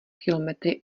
kilometry